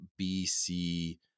BC